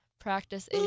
practice